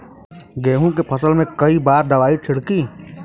गेहूँ के फसल मे कई बार दवाई छिड़की?